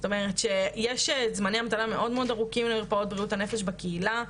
זאת אומרת שיש זמני המתנה מאוד מאוד ארוכים למרפאות בריאות הנפש בקהילה.